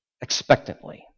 Expectantly